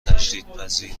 تجدیدپذیر